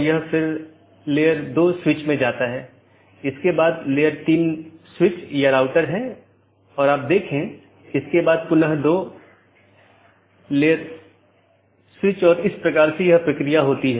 interior gateway protocol में router को एक ऑटॉनमस सिस्टम के भीतर जानकारी का आदान प्रदान करने की अनुमति होती है